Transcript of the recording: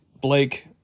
Blake